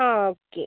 ആ ഓക്കെ